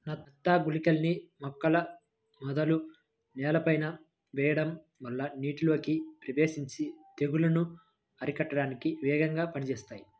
నత్త గుళికలని మొక్కల మొదలు నేలపైన వెయ్యడం వల్ల నీటిలోకి ప్రవేశించి తెగుల్లను అరికట్టడానికి వేగంగా పనిజేత్తాయి